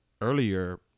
earlier